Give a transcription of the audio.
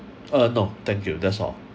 uh no thank you that's all